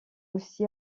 aussi